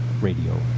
radio